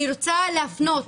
אני רוצה להפנות